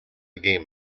game